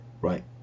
right